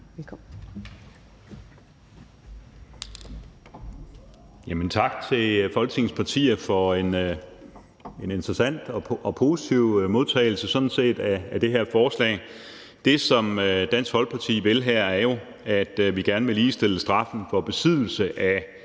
tak til Folketingets partier for en sådan set interesseret og positiv modtagelse af det her forslag. Det, som Dansk Folkeparti vil her, er jo, at vi gerne vil ligestille straffen for besiddelse af